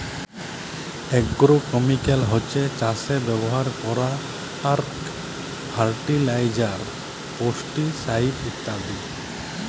agrochemical হছ্যে চাসে ব্যবহার করারক ফার্টিলাইজার, পেস্টিসাইড ইত্যাদি